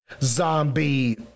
zombie